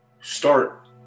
start